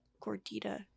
gordita